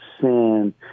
sin